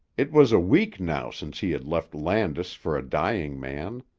it was a week now since he had left landis for a dying man.